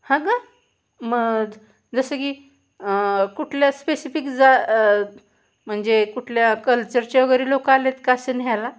हो का मग जसं की कुठल्या स्पेसिफिक जा म्हणजे कुठल्या कल्चरचे वगैरे लोकं आले आहेत का असे न्यायला